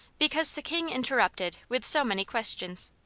because the king interrupted with so many questions.